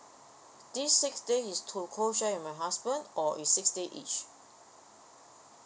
this six days is to co share with my husband or is six days each